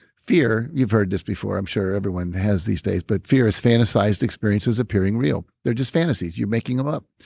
fear. you've heard this before. i'm sure everyone has these days but fear is fantasized experiences appearing real. they're just fantasies you're making them up.